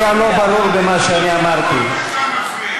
לנו כל היום, עצם הקיום שלכם מפריע.